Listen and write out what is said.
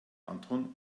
anton